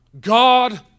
God